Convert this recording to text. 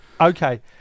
okay